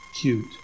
cute